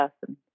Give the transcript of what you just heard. person